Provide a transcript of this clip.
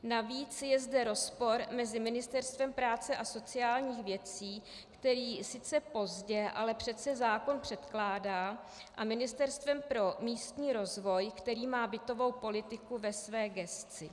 Navíc je zde rozpor mezi Ministerstvem práce a sociálních věcí, které sice pozdě, ale přece zákon předkládá, a Ministerstvem pro místní rozvoj, které má bytovou politiku ve své gesci.